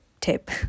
tip